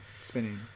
spinning